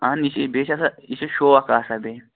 اَہَن یہِ چھِ بیٚیہِ چھِ آسان یہِ چھُ شوق آسان بیٚیہِ